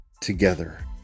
together